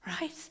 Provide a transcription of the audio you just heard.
right